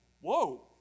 Whoa